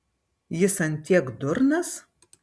jis ant tiek durnas